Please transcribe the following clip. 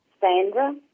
Sandra